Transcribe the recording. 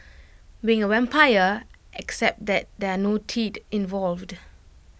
being A vampire except that there are no teeth involved